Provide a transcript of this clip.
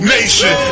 Nation